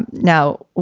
and now,